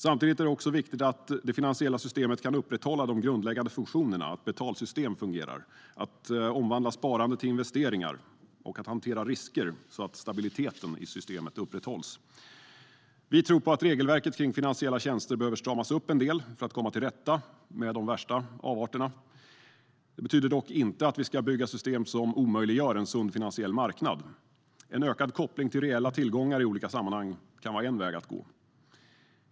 Samtidigt är det också viktigt att det finansiella systemet kan upprätthålla de grundläggande funktionerna så att betalsystemen fungerar, att sparande kan omvandlas till investeringar och att risker hanteras så att stabiliteten i systemet upprätthålls. Vi tror att regelverket kring finansiella tjänster behöver stramas upp en del för att vi ska komma till rätta med de värsta avarterna. Det betyder dock inte att vi ska bygga system som omöjliggör en sund finansiell marknad. En ökad koppling till reella tillgångar i olika sammanhang kan vara en väg att gå.